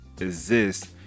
exist